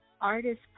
artist